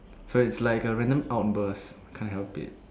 so it's like a random outburst can't help it